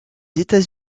états